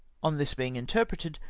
on this being interpreted,